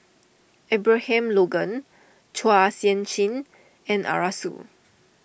Abraham Logan Chua Sian Chin and Arasu